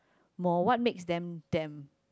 more what makes them damn